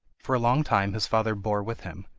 for a long time his father bore with him,